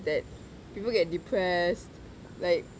that people get depressed like